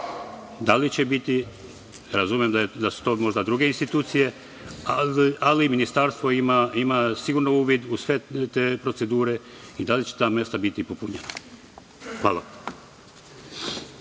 da li će biti, razumem da su to možda druge institucije, ali ministarstvo ima sigurno uvid u sve te procedure i da li će ta mesta biti popunjena? Hvala.